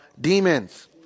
demons